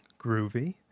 groovy